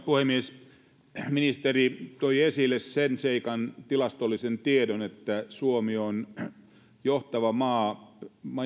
puhemies ministeri toi esille sen seikan tilastollisen tiedon että suomi on johtava maa